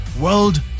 World